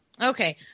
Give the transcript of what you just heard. Okay